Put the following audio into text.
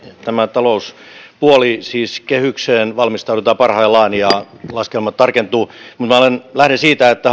tämä talouspuoli siis kehykseen valmistaudutaan parhaillaan ja laskelmat tarkentuvat minä lähden siitä että